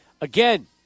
again